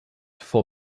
for